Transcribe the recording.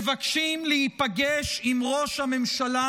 מבקשים להיפגש עם ראש הממשלה,